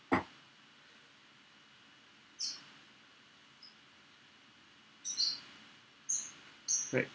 right